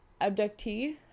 abductee